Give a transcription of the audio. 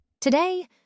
Today